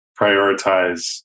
prioritize